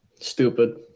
Stupid